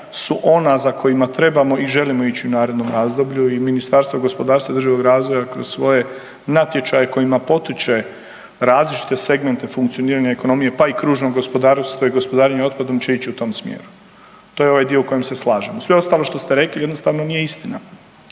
su ona za kojima trebamo i želimo ići u narednom razdoblju. I Ministarstvo gospodarstva i održivog razvoja kroz svoje natječaje kojima potiče različite segmente funkcioniranja ekonomije, pa i kružnog gospodarstva i gospodarenje otpadom će ići u tom smjeru. To je ovaj dio u kojem se slažemo, sve ostalo što ste rekli jednostavno nije istina.